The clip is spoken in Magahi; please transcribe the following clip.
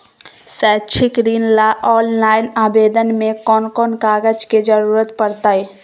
शैक्षिक ऋण ला ऑनलाइन आवेदन में कौन कौन कागज के ज़रूरत पड़तई?